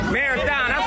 Marathon